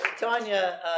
Tanya